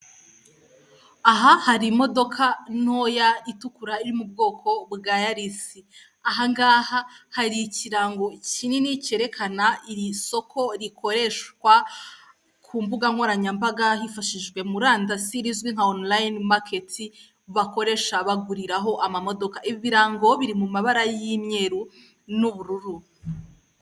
Aha hari imodoka ntoya itukura iri mu bwoko bwa yarisi, aha ngaha hari ikirango kinini cyerekana iri soko rikoreshwa ku mbuga nkoranyambaga hifashijwe murandasi, rizwi nka online market bakoresha baguriraho amamodoka. Ibi birango biri mu mabara y'imyeru n'ubururu.